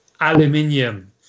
aluminium